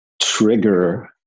trigger